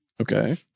Okay